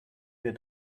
wir